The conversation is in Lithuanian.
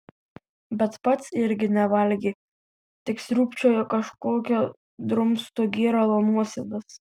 bet pats irgi nevalgė tik sriūbčiojo kažkokio drumsto gėralo nuosėdas